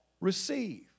receive